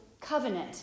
covenant